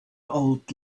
old